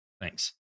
Thanks